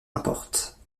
importe